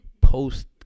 post